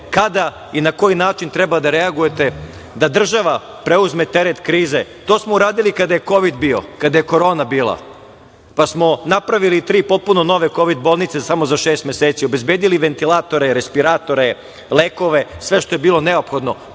kada i na koji način treba da reagujete da država preuzme teret krize, a to smo uradili kada je bila Korona, pa smo napravili tri potpuno nove bolnice samo za 6 meseci, obezbedili ventilatroe, respiratore, lekove i sve što je bilo nephodno,